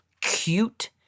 cute